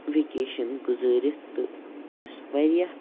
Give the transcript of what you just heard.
vacation گُزٲرِتھ تہٕ یُس واریاہ